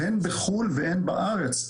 הן בחו"ל והן בארץ,